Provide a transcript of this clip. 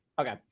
Okay